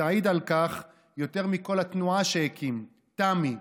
תעיד על כך יותר מכול התנועה שהקים, תמ"י.